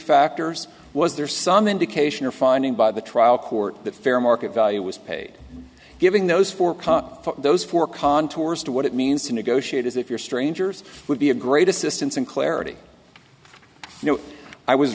factors was there some indication or finding by the trial court that fair market value was paid giving those for those four contours to what it means to negotiate as if you're strangers would be a great assistance and clarity you know i was